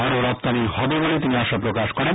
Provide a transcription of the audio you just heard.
আরো রপ্তানি হবে বলে তিনি আশা প্রকাশ করেন